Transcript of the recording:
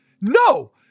No